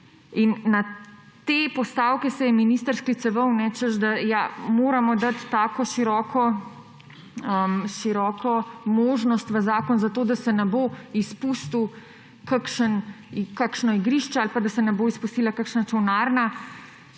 Na te postavke se je minister skliceval, češ, moramo dati tako široko možnost v zakon, zato da se ne bo izpustilo kakšno igrišče ali pa da se ne bo izpustila kakšna čolnarna.